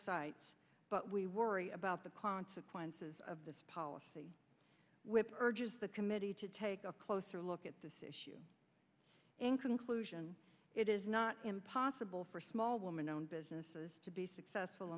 sites but we worry about the consequences of this policy with urges the committee to take a closer look at this issue in conclusion it is not impossible for small women owned businesses to be successful